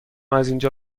ازاینجا